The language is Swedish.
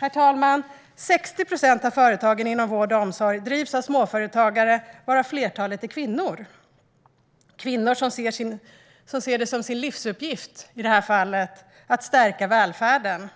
Herr talman! 60 procent av företagen inom vård och omsorg drivs av småföretagare, varav flertalet är kvinnor - kvinnor som i det här fallet ser det som sin livsuppgift att stärka välfärden.